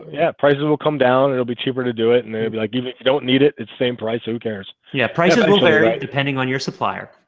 yeah prices will come down. it'll be cheaper to do it and i like give it. you don't need it. it's same price who cares yeah prices will vary depending on your supplier